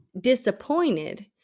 disappointed